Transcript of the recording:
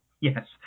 Yes